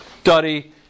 study